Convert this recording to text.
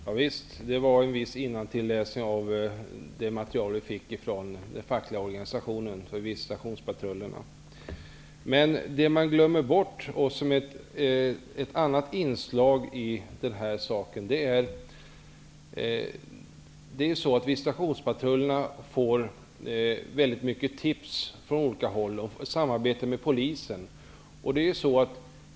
Herr talman! Ja, visst var det en viss innantilläsning av det material vi fick från den fackliga organisationen om visitationspatrullerna. Ett annat inslag i den här saken som man ofta glömmer bort är att visitationspatrullerna får väldigt många tips från olika håll. De samarbetar med polisen.